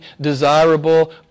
desirable